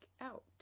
out